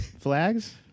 flags